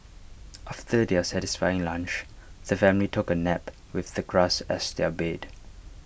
after their satisfying lunch the family took A nap with the grass as their bed